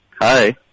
Hi